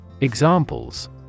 Examples